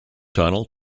tunnel